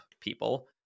people